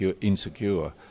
insecure